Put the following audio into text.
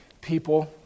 people